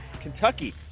Kentucky